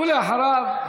ואחריו,